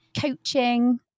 coaching